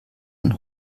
man